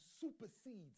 supersedes